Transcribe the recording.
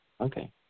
Okay